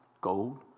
gold